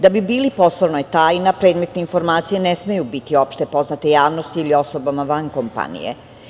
Da bi bili poslovna tajna, predmetne informacije ne smeju biti opšte poznate javnosti ili osobama van kompanije.